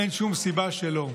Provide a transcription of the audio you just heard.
אין שום סיבה שלא.